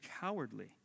cowardly